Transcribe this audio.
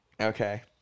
okay